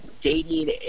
dating